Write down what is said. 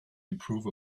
improve